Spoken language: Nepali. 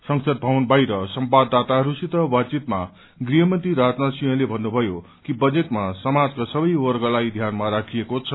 संसद भवन बाहिर संवाददाताहरूसित बातचितमा गृहमन्त्री राजनाथ सिंहले भन्नुभयो कि बजेटमा समाजका सबै वर्गलाई ध्यानमा राखिएको छ